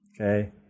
Okay